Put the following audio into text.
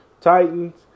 Titans